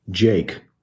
Jake